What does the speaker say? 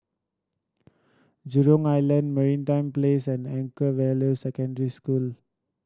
Jurong Island Martin Place and Anchorvale Secondary School